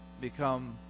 become